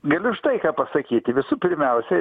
galiu štai ką pasakyti visų pirmiausia